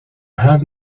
have